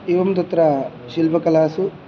एवं तत्र शिल्पकलासु